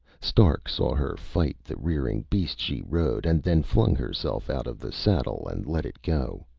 stark saw her fight the rearing beast she rode and then flung herself out of the saddle and let it go.